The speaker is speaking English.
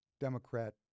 Democrat